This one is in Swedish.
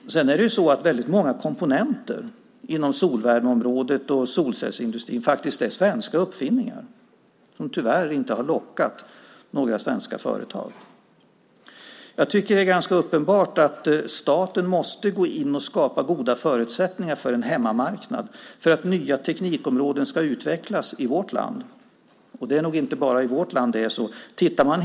Väldigt många komponenter inom solvärmeområdet och solcellsindustrin är faktiskt svenska uppfinningar som tyvärr inte har lockat några svenska företag. Jag tycker att det är ganska uppenbart att staten måste gå in och skapa goda förutsättningar för en hemmamarknad för att nya teknikområden ska utvecklas i vårt land. Det är nog inte bara i vårt land som det är så.